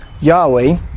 Yahweh